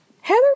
Heather